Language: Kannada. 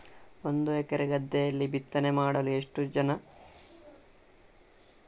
ಒಂದು ಎಕರೆ ಗದ್ದೆಯಲ್ಲಿ ಬಿತ್ತನೆ ಮಾಡಲು ಎಷ್ಟು ಭತ್ತದ ಬೀಜಗಳು ಬೇಕು?